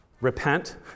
repent